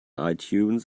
itunes